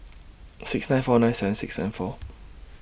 six nine four nine seven six seven four